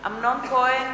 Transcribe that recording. אמנון כהן,